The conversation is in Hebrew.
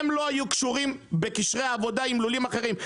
הם לא היו קשורים בקשרי עבודה עם לולים אחרים,